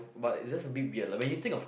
but is just a bit weird lah when you think of